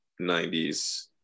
90s